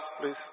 please